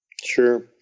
Sure